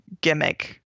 gimmick